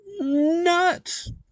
nuts